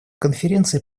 конференции